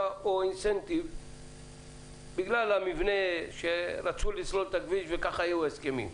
או אינסנטיב בגלל המבנה שרצו לסלול את הכביש וכך היו ההסכמים.